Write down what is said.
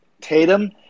Tatum